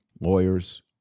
lawyers